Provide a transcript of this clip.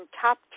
top